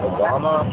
Obama